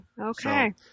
Okay